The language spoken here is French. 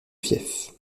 fief